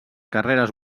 carreres